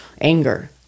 anger